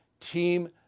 team